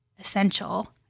essential